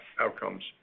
outcomes